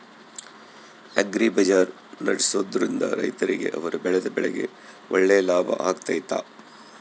Agri bazaar ನಡೆಸ್ದೊರಿಂದ ರೈತರಿಗೆ ಅವರು ಬೆಳೆದ ಬೆಳೆಗೆ ಒಳ್ಳೆ ಲಾಭ ಆಗ್ತೈತಾ?